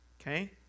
Okay